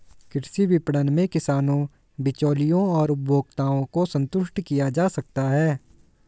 कृषि विपणन में किसानों, बिचौलियों और उपभोक्ताओं को संतुष्ट किया जा सकता है